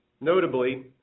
Notably